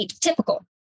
typical